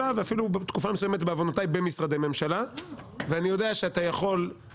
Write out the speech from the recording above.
ואפילו תקופה מסוימת בעוונותיי במשרדי ממשלה ואני יודע שאחד